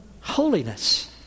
holiness